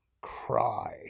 cry